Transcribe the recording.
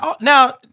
now